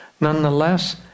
Nonetheless